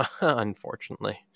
unfortunately